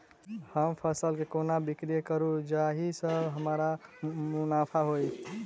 हम फसल केँ कोना बिक्री करू जाहि सँ हमरा मुनाफा होइ?